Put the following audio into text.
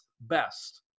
best